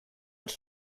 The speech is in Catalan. els